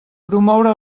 promoure